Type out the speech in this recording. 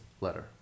letter